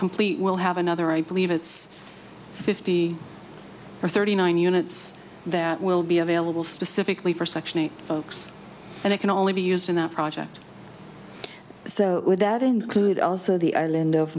complete we'll have another i believe it's fifty or thirty nine units that will be available specifically for section eight folks and it can only be used in that project so would that include also the island of